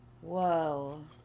Whoa